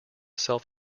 self